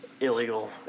illegal